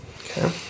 okay